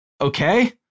okay